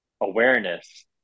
awareness